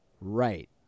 Right